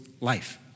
life